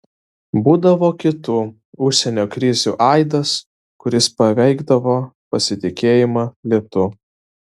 būdavo kitų užsienio krizių aidas kuris paveikdavo pasitikėjimą litu